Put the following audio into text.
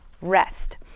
rest